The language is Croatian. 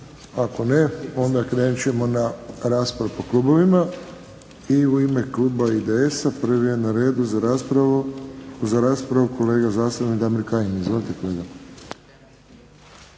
Ako ne, onda krećemo na raspravu po klubovima. I u ime kluba IDS-a prvi je na redu za raspravu kolega zastupnik Damir Kajin. Izvolite, kolega.